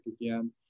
again